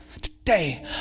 today